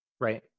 Right